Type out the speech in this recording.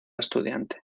estudiante